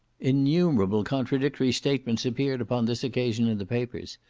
innumerable contradictory statements appeared upon this occasion in the papers,